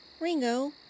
Ringo